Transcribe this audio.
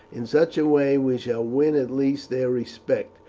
in such a way we shall win at least their respect,